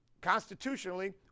constitutionally